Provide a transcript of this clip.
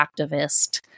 activist